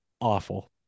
awful